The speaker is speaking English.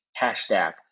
hashtag